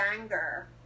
anger